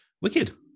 Wicked